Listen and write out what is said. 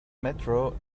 metro